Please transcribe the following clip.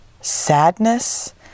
sadness